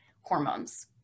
hormones